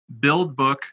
BuildBook